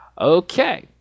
Okay